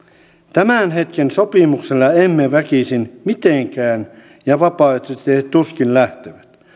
tämän hetken sopimuksella emme väkisin mitenkään ja vapaaehtoisesti he tuskin lähtevät